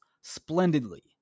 splendidly